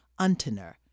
Untener